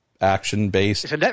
action-based